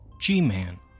G-Man